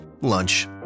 lunch